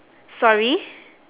sorry